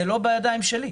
זה לא בידיים שלי.